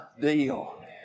deal